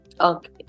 Okay